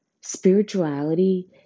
Spirituality